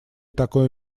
такое